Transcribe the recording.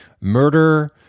murder